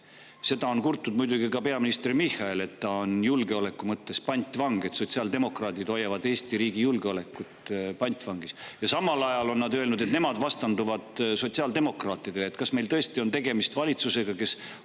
Seda on kurtnud muidugi ka peaminister Michal, et ta on julgeoleku mõttes pantvang ja sotsiaaldemokraadid hoiavad Eesti riigi julgeolekut pantvangis, ja samal ajal on ta öelnud, et nemad vastanduvad sotsiaaldemokraatidele. Kas meil tõesti on tegemist valitsusega, kes